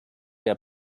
der